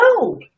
no